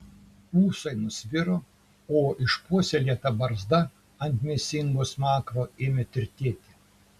ūsai nusviro o išpuoselėta barzda ant mėsingo smakro ėmė tirtėti